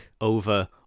over